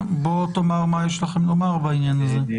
בוא תאמר מה יש לכם לומר בעניין הזה.